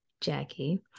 Jackie